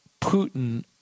Putin